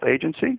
agency